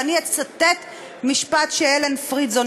ואני אצטט משפט שאלן פרידזון,